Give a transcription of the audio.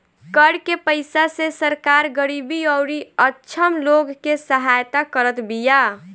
कर के पईसा से सरकार गरीबी अउरी अक्षम लोग के सहायता करत बिया